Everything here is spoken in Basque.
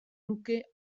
nuke